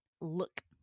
look